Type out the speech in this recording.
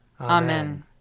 Amen